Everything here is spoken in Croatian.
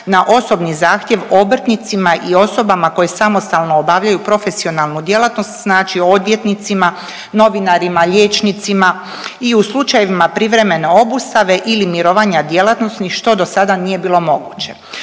na osobni zahtjev obrtnicima i osobama koje samostalno obavljaju profesionalnu djelatnost znači odvjetnicima, novinarima, liječnicima i u slučajevima privremene obustave ili mirovanja djelatnosti što do sada nije bilo moguće.